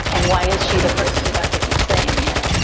and why is she the person who has to keep saying it?